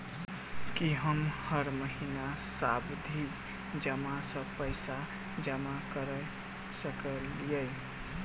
की हम हर महीना सावधि जमा सँ पैसा जमा करऽ सकलिये?